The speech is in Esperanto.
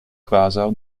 kvazaŭ